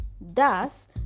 thus